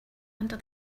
under